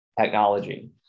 technology